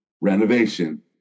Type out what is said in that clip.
renovation